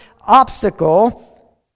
obstacle